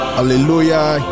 Hallelujah